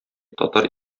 татар